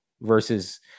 versus